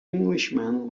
englishman